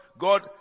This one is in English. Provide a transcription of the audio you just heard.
God